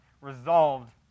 resolved